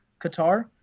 Qatar